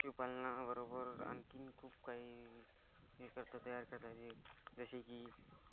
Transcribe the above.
Q पालनाबरोबर आणखी खूप काही हे करता तयार करता येते जसे की